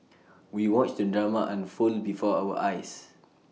we watched the drama unfold before our eyes